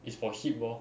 is for hip lor